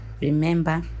Remember